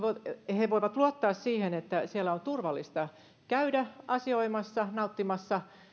he voivat luottaa siihen että siellä on turvallista käydä asioimassa nauttimassa